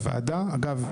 אגב,